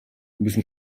müssen